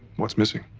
what's missing?